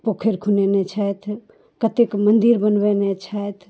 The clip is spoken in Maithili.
पोखरि खुनेने छथि कतेक मन्दिर बनबेने छथि